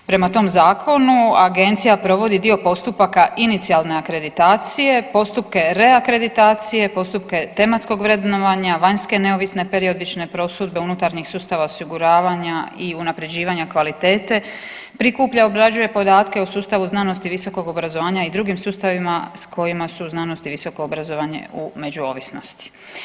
Prema tom zakonu agencija provodi dio postupaka inicijalne akreditacije, postupke reakreditacije, postupke tematskog vrednovanja, vanjske neovisne periodične prosudbe unutarnjih sustava osiguravanja i unapređivanja kvalitete, prikuplja, obrađuje podatke o sustavu znanosti visokog obrazovanja i drugim sustavima s kojima su znanosti i visoko obrazovanje u međuovisnosti.